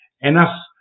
enough